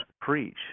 preach